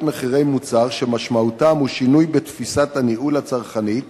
מחירי מוצר שמשמעותם היא שינוי בתפיסת הניהול הצרכנית